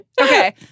Okay